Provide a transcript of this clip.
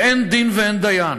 ואין דין ואין דיין.